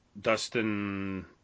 Dustin